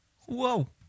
whoa